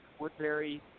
Woodbury